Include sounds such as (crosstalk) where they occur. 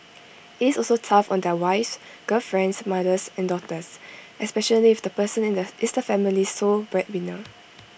IT is also tough on their wives girlfriends mothers and daughters especially if the person in the is the family's sole breadwinner (noise)